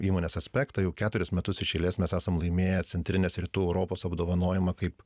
įmonės aspektą jau keturis metus iš eilės mes esam laimėję centrinės rytų europos apdovanojimą kaip